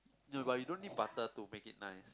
no but you don't need butter to make it nice